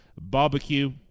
barbecue